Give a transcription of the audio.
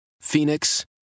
Phoenix